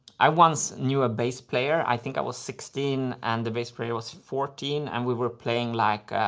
i once knew a bass player. i think i was sixteen and the bass player was fourteen and we were playing like.